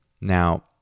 Now